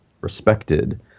respected